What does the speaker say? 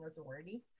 authority